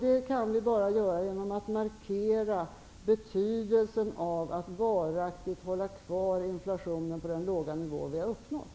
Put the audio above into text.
Det kan vi bara göra genom att markera betydelsen av att varaktigt hålla kvar inflationen på den låga nivå vi har uppnått.